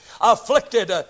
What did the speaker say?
afflicted